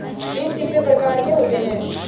बीज कितने प्रकार के होते हैं?